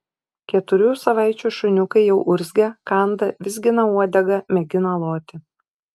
keturių savaičių šuniukai jau urzgia kanda vizgina uodegą mėgina loti